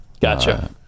Gotcha